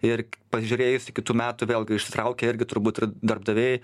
ir pažiūrėjus į kitų metų vėlgi išsitraukia irgi turbūt ir darbdaviai